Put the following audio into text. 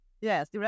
Yes